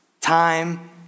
Time